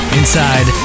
inside